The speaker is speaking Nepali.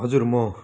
हजुर म